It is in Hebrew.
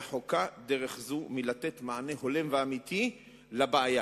רחוקה דרך זו מלתת מענה הולם ואמיתי על הבעיה,